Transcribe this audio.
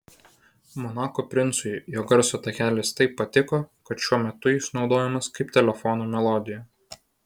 monako princui jo garso takelis taip patiko kad šiuo metu jis naudojamas kaip telefono melodija